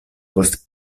post